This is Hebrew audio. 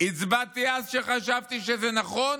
הצבעתי אז כי חשבתי שזה נכון.